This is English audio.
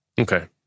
Okay